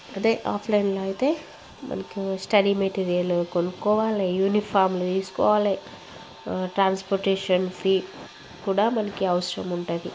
అదే ఆఫ్లైన్లో అయితే మనకి స్టడీ మెటీరియల్ కొనుక్కోవాలి యూనిఫామ్లు వేసుకోవాలి ట్రాన్స్పోర్టేషన్ ఫీ కూడా మనకు అవసరం ఉంటుంది